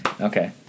okay